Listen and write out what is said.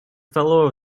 fellow